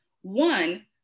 one